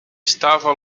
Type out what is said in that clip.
estava